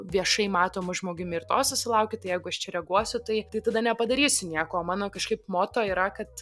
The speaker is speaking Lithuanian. viešai matomu žmogumi ir to susilauki tai jeigu aš čia reaguosiu tai tai tada nepadarysiu nieko o mano kažkaip moto yra kad